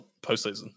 postseason